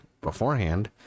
beforehand